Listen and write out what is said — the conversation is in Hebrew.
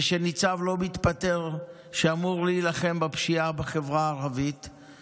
וניצב שאמור להילחם בפשיעה בחברה הערבית לא מתפטר.